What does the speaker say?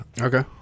Okay